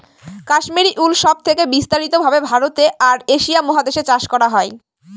Kashmiri wool সব থেকে বিস্তারিত ভাবে ভারতে আর এশিয়া মহাদেশে চাষ করা হয়